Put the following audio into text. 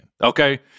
okay